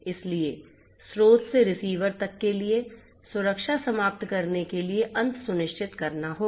इसलिए स्रोत से रिसीवर तक के लिए सुरक्षा समाप्त करने के लिए अंत सुनिश्चित करना होगा